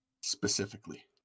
specifically